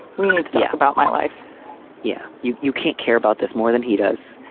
we need to talk about my life yeah. you you can't care about this more than he does.